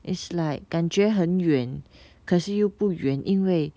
it's like 感觉很远可是又不远因为